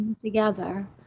together